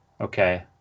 Okay